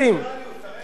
איזה ליברליות?